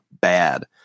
bad